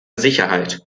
sicherheit